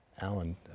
Alan